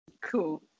Cool